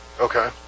Okay